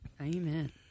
Amen